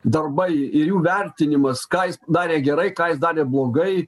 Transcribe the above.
darbai ir jų vertinimas ką jis darė gerai ką jis darė blogai